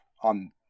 on